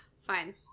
Fine